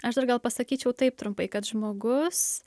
aš dar gal pasakyčiau taip trumpai kad žmogus